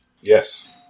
Yes